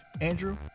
Andrew